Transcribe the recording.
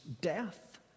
death